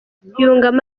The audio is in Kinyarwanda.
yungamo